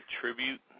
tribute